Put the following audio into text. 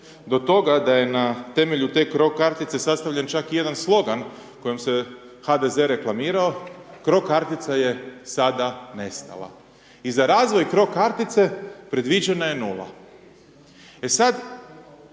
do toga da je na temelju te cro kartice sastavljen čak i jedan slogan kojim se HDZ reklamirao. Cro kartica je sada nestala. I za razvoj cro kartice predviđena je nula. E sad,